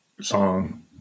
song